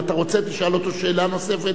אם אתה רוצה, תשאל אותו שאלה נוספת.